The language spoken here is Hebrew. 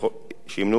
ככל הניתן,